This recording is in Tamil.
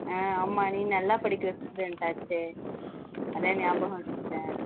ஆமாம் நீ நல்லா படிக்கிற ஸ்டுடெண்ட் ஆச்சே அதான் நியாபகம் வச்சுருக்கேன்